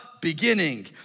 Beginning